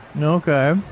Okay